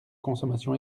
consommation